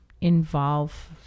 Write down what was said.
involve